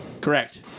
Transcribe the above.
Correct